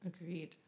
Agreed